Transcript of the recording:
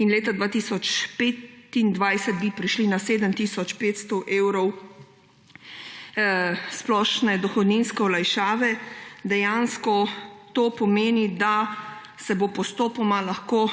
in leta 2025 bi prišli na 7 tisoč 500 evrov splošne dohodninske olajšave. Dejansko to pomeni, da se bo postopoma lahko